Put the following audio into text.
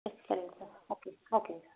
ஆ சரிங்க sir okay ஓகேங்க